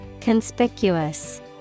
conspicuous